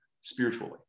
spiritually